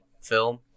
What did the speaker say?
film